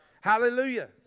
Hallelujah